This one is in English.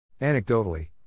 Anecdotally